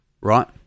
right